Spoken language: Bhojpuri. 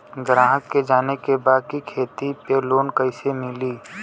ग्राहक के जाने के बा की खेती पे लोन कैसे मीली?